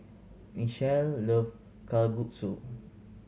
Nichelle love Kalguksu